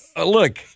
look